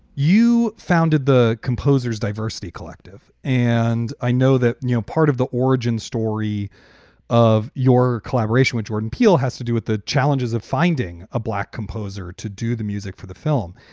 you founded the composer's diversity collective. and i know that, you know, part of the origin story of your collaboration with jordan peele has to do with the challenges of finding a black composer to do the music for the film.